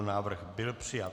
Návrh byl přijat.